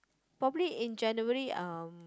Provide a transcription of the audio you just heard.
probably in January um